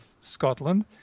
Scotland